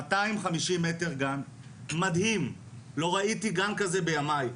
250 מ"ר גן, מדהים, לא ראיתי גן כזה בימיי.